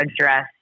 address